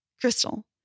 Crystal